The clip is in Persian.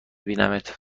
بینمت